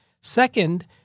Second